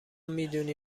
میدونی